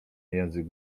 język